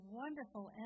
wonderful